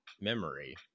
memory